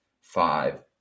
five